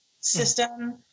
system